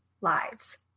lives